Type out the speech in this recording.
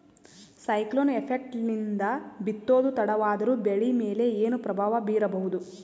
Cyclone effect ನಿಂದ ಬಿತ್ತೋದು ತಡವಾದರೂ ಬೆಳಿ ಮೇಲೆ ಏನು ಪ್ರಭಾವ ಬೀರಬಹುದು?